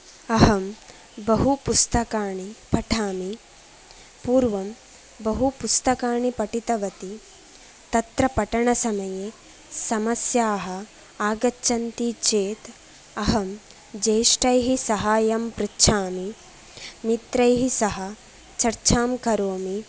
अहं बहु पुस्तकानि पठामि पूर्वं बहु पुस्तकानि पठितवती तत्र पठनसमये समस्याः आगच्छन्ति चेद् अहं ज्येष्ठैः सहायं पृच्छामि मित्रैः सह चर्चां करोमि